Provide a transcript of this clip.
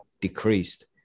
decreased